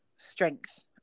strength